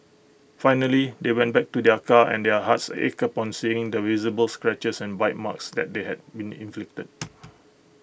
finally they went back to their car and their hearts ached upon seeing the visible scratches and bite marks that they had been inflicted